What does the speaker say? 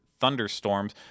thunderstorms